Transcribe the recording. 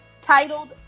Titled